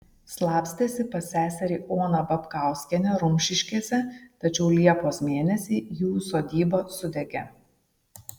slapstėsi pas seserį oną babkauskienę rumšiškėse tačiau liepos mėnesį jų sodyba sudegė